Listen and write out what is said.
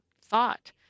thought